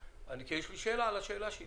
יש לי שאלה על השאלה שלי.